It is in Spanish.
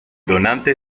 donante